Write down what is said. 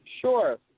Sure